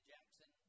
Jackson